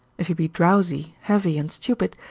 if he be drowsy, heavy, and stupid,